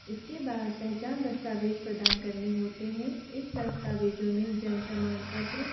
इसके बाद पहचान दस्तावेज़ प्रदान करने होते हैं इन दस्तावेजों में जन प्रमाण पत्र